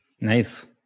Nice